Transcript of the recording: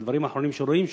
של הדברים האחרונים שרואים,